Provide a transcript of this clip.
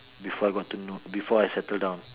before I got to know before I settle down